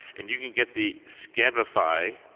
and you can get the skavify